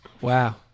Wow